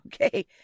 Okay